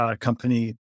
company